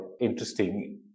interesting